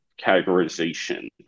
categorization